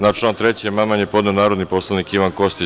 Na član 3. amandman je podneo narodni poslanik Ivan Kostić.